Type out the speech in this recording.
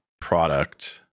product